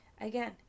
Again